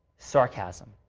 sarcasm,